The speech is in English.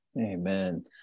Amen